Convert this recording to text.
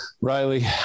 Riley